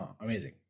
Amazing